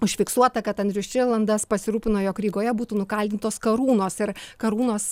užfiksuota kad andrius štirlandas pasirūpino jog rygoje būtų nukaldintos karūnos ir karūnos